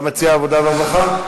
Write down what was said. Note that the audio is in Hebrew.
אתה מציע עבודה ורווחה?